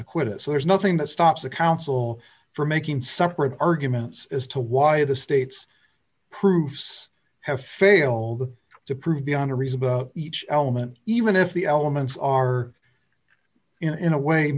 acquitted so there's nothing that stops the council for making separate arguments as to why the state's proofs have failed to prove beyond a reasonable each element even if the elements are in a way